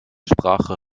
sprache